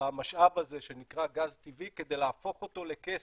במשאב הזה שנקרא גז טבעי כדי להפוך אותו לכסף,